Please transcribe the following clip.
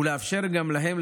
ולאפשר גם להם,